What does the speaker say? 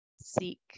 seek